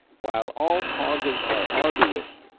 while all causes are arduous,